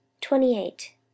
Twenty-eight